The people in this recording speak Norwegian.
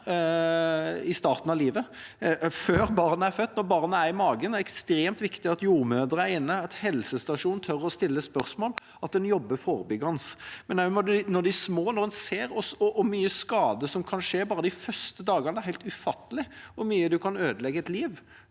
i starten av livet, før barnet er født, når barnet er i magen. Det er ekstremt viktig at jordmødre er inne, at helsestasjonen tør å stille spørsmål, og at en jobber forebyggende. Det samme gjelder når de er små, når en ser hvor mye skade som kan skje bare de første dagene. Det er helt ufattelig hvor mye en kan ødelegge et liv